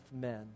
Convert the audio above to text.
men